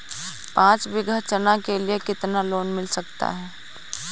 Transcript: पाँच बीघा चना के लिए कितना लोन मिल सकता है?